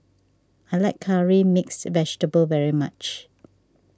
I like Curry Mixed Vegetable very much